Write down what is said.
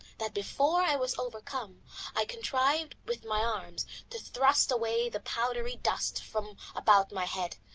that before i was overcome i contrived with my arms to thrust away the powdery dust from about my head,